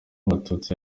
abatutsi